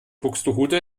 buxtehude